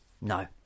No